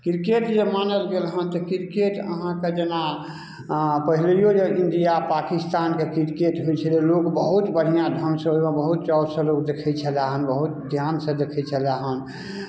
cricket जे मानल गेल हेँ तऽ क्रिकेट अहाँकेँ जेना पहिनेहो जे इंडिया पाकिस्तानके क्रिकेट होइत छलय लोक बहुत बढ़िआँ ढङ्गसँ ओहिमे बहुत चावसँ लोक देखैट छलय हन बहुत ध्यानसँ देखैत छलय हन